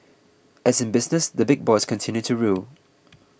as in business the big boys continue to rule